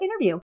interview